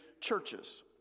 churches